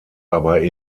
aber